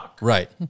Right